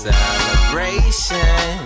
Celebration